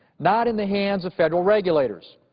not in the hands of federal regulators.